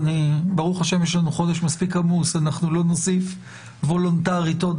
ברוך השם יש לנו חודש מספיק עמוד ואנחנו לא נוסיף וולנטרית עוד